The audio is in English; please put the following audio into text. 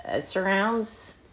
surrounds